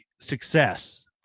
success